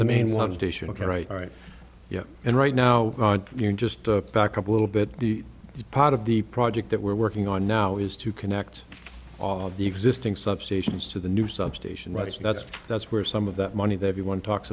the main one station ok right right yeah and right now you're just a backup a little bit the part of the project that we're working on now is to connect all of the existing substations to the new substation right so that's that's where some of that money that everyone talks